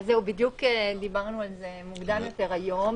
בדיוק דיברנו על זה מוקדם יותר היום.